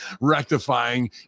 rectifying